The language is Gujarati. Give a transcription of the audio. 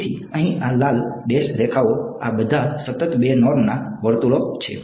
તેથી અહીં આ લાલ ડેશ રેખાઓ આ બધા સતત 2 નોર્મના વર્તુળો છે